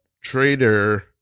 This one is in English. trader